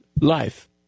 life